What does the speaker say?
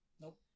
Nope